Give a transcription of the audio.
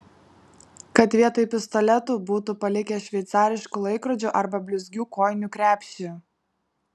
kad vietoj pistoletų būtų palikę šveicariškų laikrodžių arba blizgių kojinių krepšį